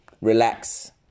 relax